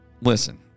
listen